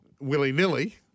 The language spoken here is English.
willy-nilly